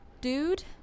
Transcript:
dude